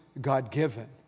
God-given